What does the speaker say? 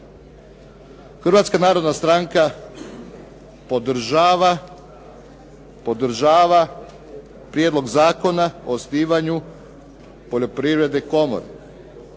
Hrvatska narodna stranka podržava Prijedlog zakona o osnivanju Poljoprivredne komore.